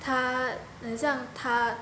他很像他